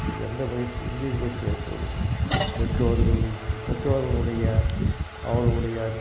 எந்த பயித் எங்கேயும் போய் சேர்ப்பது பெற்றோர்கள் பெற்றோர்கள் உடைய அவர்களுடைய